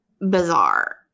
bizarre